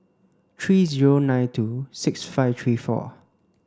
three zero nine two six five three four